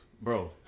Bro